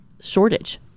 shortage